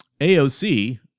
AOC